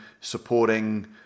supporting